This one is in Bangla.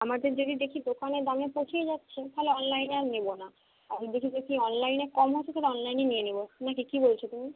আমাদের যদি দেখি দোকানের দামে পুষিয়ে যাচ্ছে তাহলে অনলাইনে আর নেবো না আর যদি দেখি অনলাইনে কম হচ্ছে তাহলে অনলাইনেই নিয়ে নিবো নাকি কি বলছো তুমি